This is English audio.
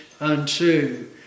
unto